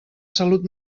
salut